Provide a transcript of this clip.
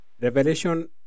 Revelation